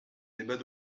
débats